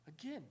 Again